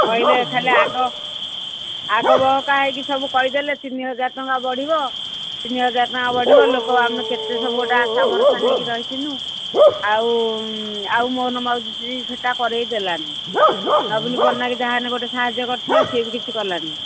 କହିଲେ ଖାଲି ଆଗ ଆଗ ବହକା ହେଇକି ସବୁ କହିଦେଲେ ତିନି ହଜାର ଟଙ୍କା ବଢ଼ିବ ତିନି ହଜାର ଟଙ୍କା ବଢ଼ିବ ଲୋକ ଆମେ କେତେ ସବୁ ଗୋଟେ ଆଶା ଭରସା ନେଇକି ରହିଥିଲୁ ଆଉ ଆଉ ମୋହର ମାଝି ସେଟା କରେଇ ଦେଲାନି ନବୀନ ପଟ୍ଟନାୟକ ଯାହାହେଲେ ଗୋଟେ ସାହାଯ୍ୟ କରିଥିଲା ସିଏ ବି କିଛି କଲାନି